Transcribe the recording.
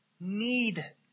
Need